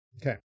Okay